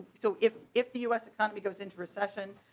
so if if the us kind of goes into recession.